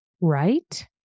right